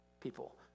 people